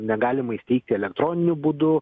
negalima įsteigti elektroniniu būdu